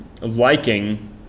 liking